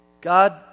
God